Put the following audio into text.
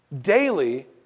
daily